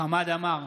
חמד עמאר,